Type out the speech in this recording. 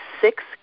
six